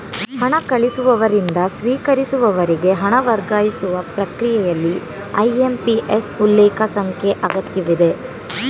ಹಣ ಕಳಿಸುವವರಿಂದ ಸ್ವೀಕರಿಸುವವರಿಗೆ ಹಣ ವರ್ಗಾಯಿಸುವ ಪ್ರಕ್ರಿಯೆಯಲ್ಲಿ ಐ.ಎಂ.ಪಿ.ಎಸ್ ಉಲ್ಲೇಖ ಸಂಖ್ಯೆ ಅಗತ್ಯವಿದೆ